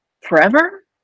forever